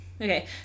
Okay